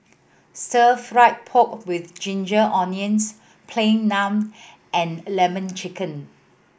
Stir Fry pork with ginger onions Plain Naan and Lemon Chicken